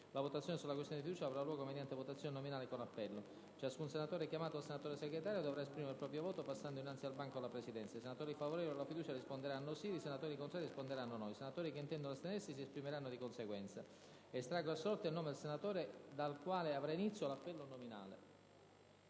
ha posto la questione di fiducia. Ricordo che ciascun senatore chiamato dal senatore Segretario dovrà esprimere il proprio voto passando innanzi al banco della Presidenza. I senatori favorevoli alla fiducia risponderanno sì; i senatori contrari risponderanno no; i senatori che intendono astenersi risponderanno di conseguenza. Estraggo a sorte il nome del senatore dal quale avrà inizio l'appello nominale.